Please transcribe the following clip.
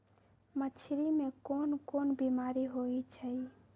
मछरी मे कोन कोन बीमारी होई छई